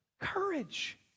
Courage